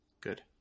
Good